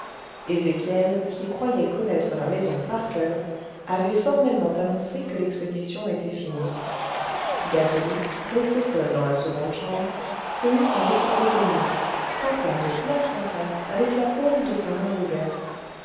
ezéchiel qui croyait connaître la maison par coeur avait formellement annoncé que l'expédition était finie gâteloup resté seul dans la seconde chambre se mit à éprouver le mur frappant de place en place avec la paume de sa main ouverte